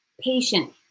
Patient